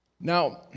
Now